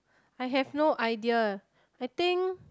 I have no idea I think